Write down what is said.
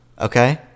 Okay